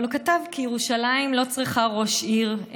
אבל הוא כתב כי ירושלים לא צריכה ראש עיר,